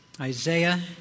Isaiah